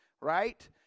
right